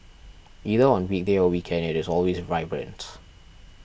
either on weekday or weekend it is always vibrant